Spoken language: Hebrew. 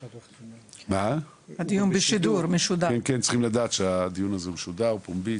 כן, צריכים לדעת שהדיון הזה משודר בפומבי.